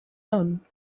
none